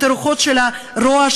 את הרוחות של הרוע,